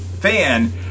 Fan